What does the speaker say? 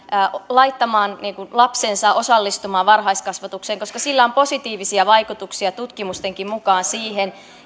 laittamaan lapsensa osallistumaan varhaiskasvatukseen koska sillä on positiivisia vaikutuksia tutkimustenkin mukaan siihen